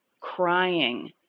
crying